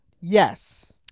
yes